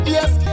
Yes